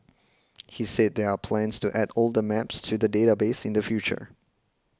he said there are plans to add older maps to the database in the future